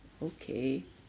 okay